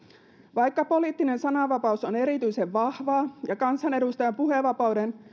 vaikka poliittinen sananvapaus on erityisen vahvaa ja kansanedustajan puhevapauden